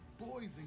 boys